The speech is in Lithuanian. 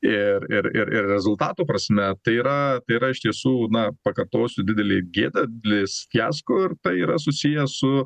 ir ir ir rezultatų prasme tai yra tai yra iš tiesų na pakartosiu didelė gėda didelis fiasko ir tai yra susiję su